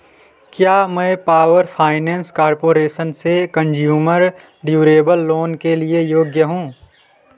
क्या मैं power finance corporation से कंज्युमर ड्यूरेबल लोन के लिए योग्य हूँ